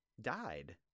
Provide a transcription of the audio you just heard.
died